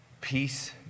peace